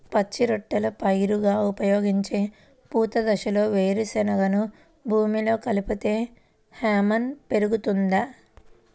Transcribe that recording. పచ్చి రొట్టెల పైరుగా ఉపయోగించే పూత దశలో వేరుశెనగను భూమిలో కలిపితే హ్యూమస్ పెరుగుతుందా?